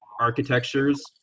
architectures